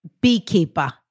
beekeeper